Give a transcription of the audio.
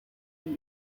can